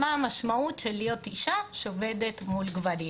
מה המשמעות להיות אישה שעובדת מול גברים.